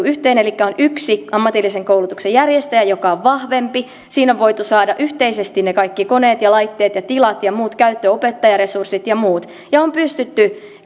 yhteen elikkä on yksi ammatillisen koulutuksen järjestäjä joka on vahvempi sinne on voitu saada yhteisesti ne kaikki koneet ja laitteet ja tilat ja muut käyttöön opettajaresurssit ja muut ja on pystytty